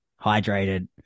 hydrated